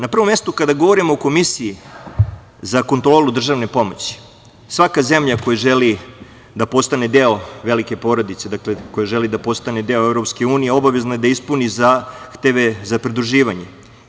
Na prvom mestu, kada govorimo o Komisiji za kontrolu državne pomoći, svaka zemlja koja želi da postane deo velike porodice, koja želi da postane deo EU, obavezna je da ispuni zahteve za pridruživanje.